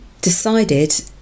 decided